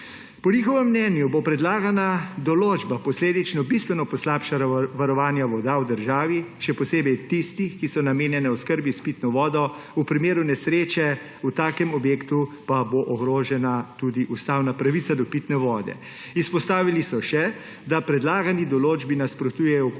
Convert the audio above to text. Po njihovem mnenju bo predlagana določba posledično bistveno poslabšala varovanje voda v državi, še posebej tistih, ki so namenjene oskrbi s pitno vodo, v primeru nesreče v takem objektu pa bo ogrožena tudi ustavna pravica do pitne vode. Izpostavili so še, da predlagani določbi nasprotujejo